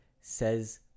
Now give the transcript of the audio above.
says